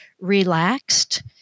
relaxed